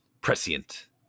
prescient